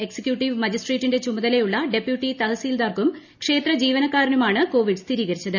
executive മജിസ്ട്ര്ട്ടിന്റെ് ചുമതലയുള്ള deputy തഹസിൽദാർക്കും ക്ഷേത്ര ജീവനക്കാരനുമാണ് കൊവിഡ് സ്ഥിരീകരിച്ചത്